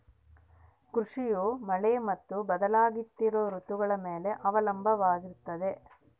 ಕೃಷಿಯು ಮಳೆ ಮತ್ತು ಬದಲಾಗುತ್ತಿರೋ ಋತುಗಳ ಮ್ಯಾಲೆ ಅವಲಂಬಿತವಾಗಿರ್ತದ